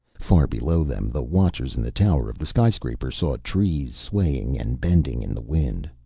far below them, the watchers in the tower of the skyscraper saw trees swaying and bending in the wind.